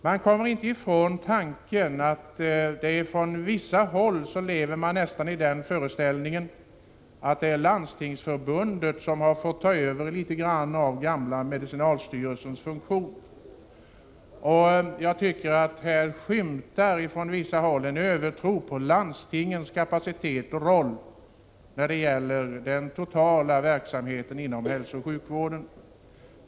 Jag kan inte komma ifrån tanken att man på vissa håll lever i föreställningen att det har blivit Landstingsförbundets uppgift att ta över litet av den gamla medicinalstyrelsens funktioner. På vissa håll skymtar en övertro på landstingens kapacitet och roll när det gäller den totala verksamheten inom hälsooch sjukvården.